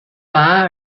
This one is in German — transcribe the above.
war